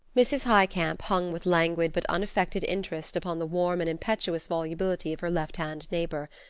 mrs. highcamp hung with languid but unaffected interest upon the warm and impetuous volubility of her left-hand neighbor,